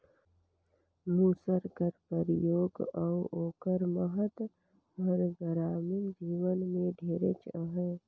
मूसर कर परियोग अउ ओकर महत हर गरामीन जीवन में ढेरेच अहे